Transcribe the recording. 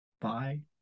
Bye